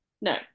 No